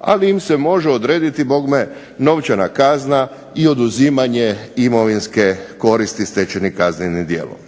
ali im se može odrediti bogme novčana kazna i oduzimanje imovinske koristi stečenih kaznenim djelom.